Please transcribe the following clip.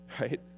right